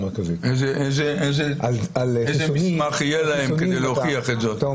איזה מסמך יהיה להם כדי להוכיח זאת.